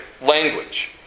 language